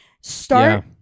Start